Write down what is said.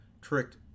tricked